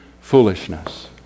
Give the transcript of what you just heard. foolishness